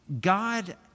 God